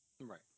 Right